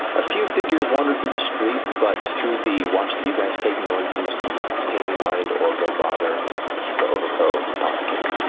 a few figures wander through the street, but through the watch that you guys take, no one seems to pay any mind or go bother the overcrow apothecary.